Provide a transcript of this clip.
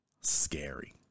Scary